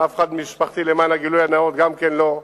ואף אחד ממשפחתי, למען הגילוי הנאות, גם כן לא,